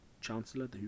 Chancellor